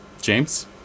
James